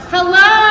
Hello